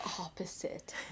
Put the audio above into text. opposite